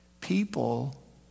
People